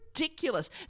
ridiculous